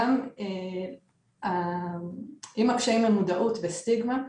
גם עם הקשיים למודעות וסטיגמה,